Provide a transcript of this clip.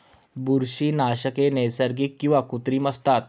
बुरशीनाशके नैसर्गिक किंवा कृत्रिम असतात